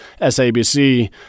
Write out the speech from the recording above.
SABC